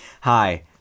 hi